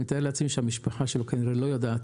אני מתאר לעצמי שהמשפחה שלו כנראה לא יודעת,